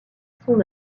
son